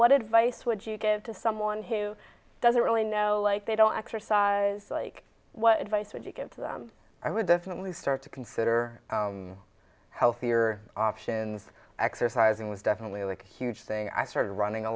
advice would you give to someone who doesn't really know like they don't exercise like what advice would you give to them i would definitely start to consider healthier options exercising was definitely like a huge thing i started running a